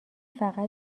فقط